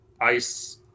ice